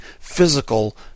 physical